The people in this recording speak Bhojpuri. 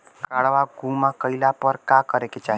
काडवा गुमा गइला पर का करेके चाहीं?